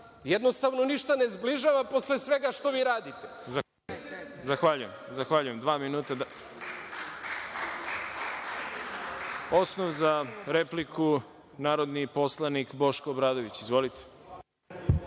jednostavno ništa ne zbližava posle svega što vi radite. **Đorđe Milićević** Zahvaljujem. Dva minuta. Osnov za repliku, narodni poslanik Boško Obradović. Izvolite.